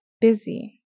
busy